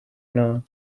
know